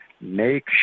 make